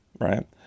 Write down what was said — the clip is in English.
right